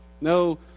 no